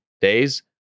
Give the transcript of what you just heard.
days